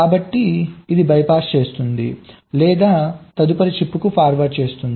కాబట్టి ఇది బైపాస్ చేస్తుంది లేదా తదుపరి చిప్కు ఫార్వార్డ్ చేస్తుంది